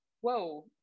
Whoa